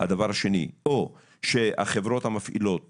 הדבר השני, החברות המפעילות